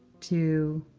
two,